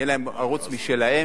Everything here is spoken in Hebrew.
יהיה להם ערוץ משלהם,